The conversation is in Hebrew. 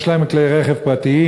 יש להם כלי רכב פרטיים,